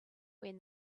when